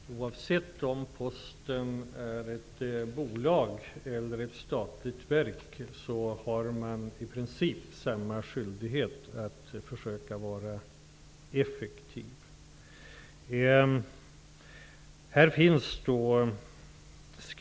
Herr talman! Oavsett om Posten är ett bolag eller ett statligt verk har man i princip samma skyldighet att försöka vara effektiv.